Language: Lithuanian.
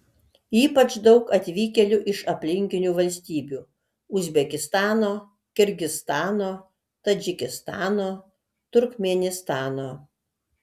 ypač daug atvykėlių iš aplinkinių valstybių uzbekistano kirgizstano tadžikistano turkmėnistano